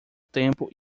tempo